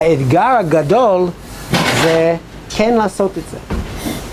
האתגר הגדול זה כן לעשות את זה.